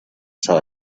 saw